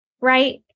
right